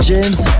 James